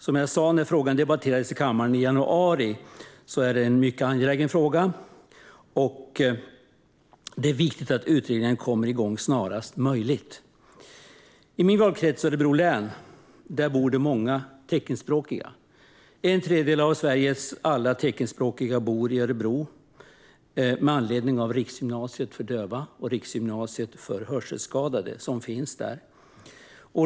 Som jag sa när frågan debatterades i kammaren i januari är detta mycket angeläget. Det är viktigt att utredningen kommer igång snarast möjligt. I min valkrets, Örebro län, bor det många teckenspråkiga. En tredjedel av Sveriges alla teckenspråkiga bor i Örebro med anledning av Riksgymnasiet för döva och hörselskadade som finns där.